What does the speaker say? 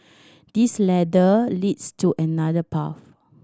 this ladder leads to another path